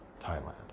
Thailand